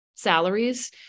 salaries